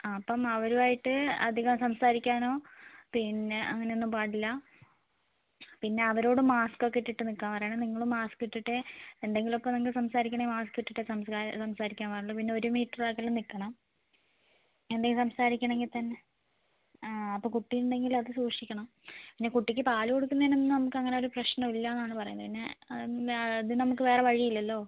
ആ അപ്പം അവരുമായിട്ട് അധികം സംസാരിക്കാനോ പിന്നെ അങ്ങനെയൊന്നും പാടില്ല പിന്നെ അവരോട് മാസ്ക് ഒക്കെ ഇട്ടിട്ട് നിൽക്കാൻ പറയണം നിങ്ങൾ മാസ്ക് ഇട്ടിട്ടേ എന്തെങ്കിലുമൊക്കെ നമ്മൾ സംസാരിക്കണമെങ്കിൽ മാസ്ക് ഇട്ടിട്ടേ സംസാ സംസാരിക്കാൻ പാടുള്ളൂ പിന്നെ ഒരു മീറ്റർ അകലെ നിൽക്കണം എന്തെങ്കിലും സംസാരിക്കണമെങ്കിൽ തന്നെ ആ അപ്പോൾ കുട്ടി ഉണ്ടെങ്കിൽ അത് സൂക്ഷിക്കണം പിന്നെ കുട്ടിക്ക് പാൽ കൊടുക്കുന്നതിനൊന്നും നമുക്ക് അങ്ങനെ ഒരു പ്രശ്നമില്ല എന്നാണ് പറയുന്നത് പിന്നെ അത് നമുക്ക് വേറെ വഴി ഇല്ലല്ലോ